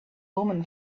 woman